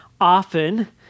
often